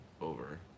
over